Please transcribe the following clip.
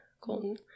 Colton